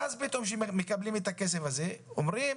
ואז פתאום כשמקבלים את הכסף הזה, אומרים